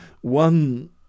one